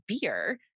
beer